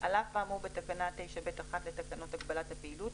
על אף האמור בתקנה 9(ב)(1) לתקנות הגבלת הפעילות,